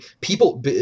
people